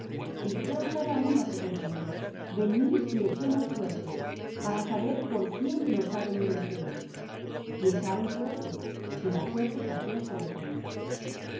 y dijeron cada uno á su compañero venid y echemos suertes para saber por quién nos ha venido este mal y echaron suertes y la suerte cayó sobre jonás